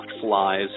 flies